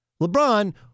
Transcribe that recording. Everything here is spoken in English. LeBron